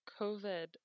COVID